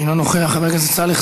אינו נוכח, חבר הכנסת סלח